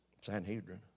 Sanhedrin